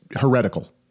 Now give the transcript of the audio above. heretical